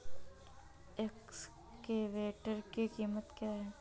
Excavator की कीमत क्या है?